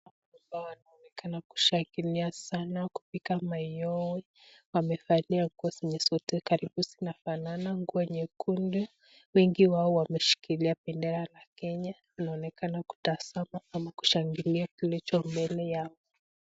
Watu hawa wanaonekana kushangilia sana kupiga mayowe wamevalia nguo zenye zote karibu zinafanana nguo nyekundu wengi wao wameshikilia bendera la Kenya wanaonekana kutazama ama kushangilia kilicho mbele yao.